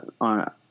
on